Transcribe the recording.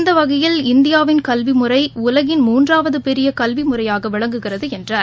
இந்த வகையில் இந்தியாவின் கல்விமுறை உலகின் மூன்றாவது பெரிய கல்வி முறையாக விளங்குகிறது என்றார்